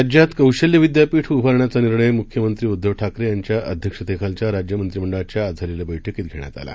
राज्यात कौशल्य विद्यापीठ उभारण्याचा निर्णय मुख्यमंत्री उद्धव ठाकरे यांच्या अध्यक्षतेखालील राज्यमंत्रिमंडळाच्या आज झालेल्या बैठकीत घेण्यात आला